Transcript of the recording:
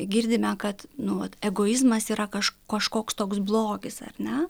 girdime kad nu vat egoizmas yra kaž kažkoks toks blogis ar ne